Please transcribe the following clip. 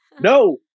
No